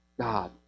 God